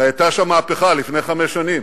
הרי היתה שם מהפכה לפני חמש שנים,